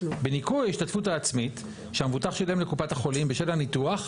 בניכוי ההשתתפות העצמית שהמבוטח שילם לקופת החולים בשל הניתוח,